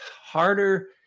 harder